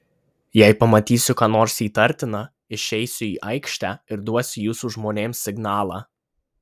jei pamatysiu ką nors įtartina išeisiu į aikštę ir duosiu jūsų žmonėms signalą